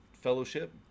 fellowship